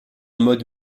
mode